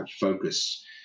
focus